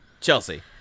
Chelsea